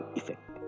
effect